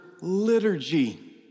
liturgy